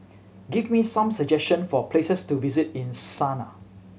give me some suggestion for places to visit in Sanaa